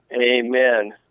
Amen